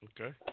Okay